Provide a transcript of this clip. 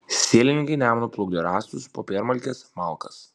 sielininkai nemunu plukdė rąstus popiermalkes malkas